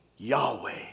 Yahweh